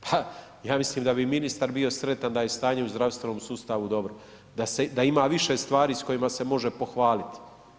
Pa ja mislim da bi i ministar bio sretan da je stanje u zdravstvenom sustavu dobro, da ima više stvari s kojima se može pohvaliti.